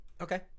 Okay